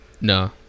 No